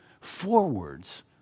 forwards